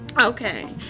Okay